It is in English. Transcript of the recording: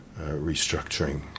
restructuring